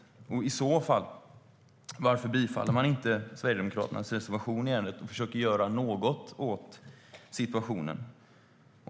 Varför bifaller man i så fall inte Sverigedemokraternas reservation i ärendet och försöker göra något åt situationen?